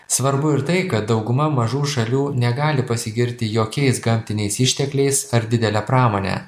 svarbu ir tai kad dauguma mažų šalių negali pasigirti jokiais gamtiniais ištekliais ar didele pramone